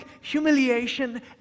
humiliation